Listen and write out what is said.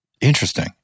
Interesting